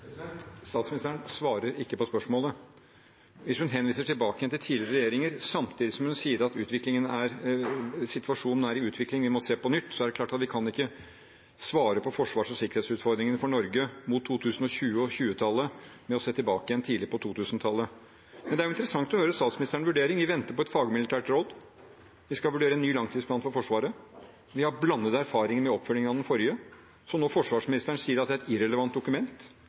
Statsministeren svarer ikke på spørsmålet. Hvis hun henviser tilbake til tidligere regjeringer samtidig som hun sier at situasjonen er i utvikling, og at vi må se på nytt, er det klart at vi kan ikke svare på forsvars- og sikkerhetsutfordringene for Norge mot 2020 og for 2020-tallet ved å se tilbake til tidlig på 2000-tallet. Men det er interessant å høre statsministerens vurdering. Vi venter på et fagmilitært råd. Vi skal vurdere en ny langtidsplan for Forsvaret. Vi har blandede erfaringer med oppfølgingen av den forrige, som forsvarsministeren nå sier er et irrelevant dokument